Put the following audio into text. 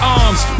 arms